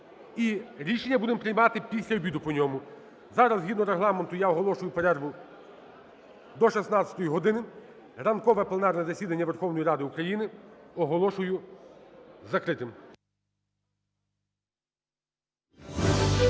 рішення будемо приймати після обіду по ньому. Зараз згідно Регламенту я оголошую перерву до 16 години. Ранкове пленарне засідання Верховної Ради України оголошую закритим.